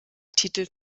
titel